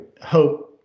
hope